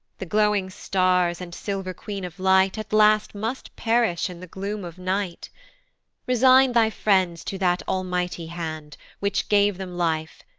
the glowing stars and silver queen of light at last must perish in the gloom of night resign thy friends to that almighty hand, which gave them life,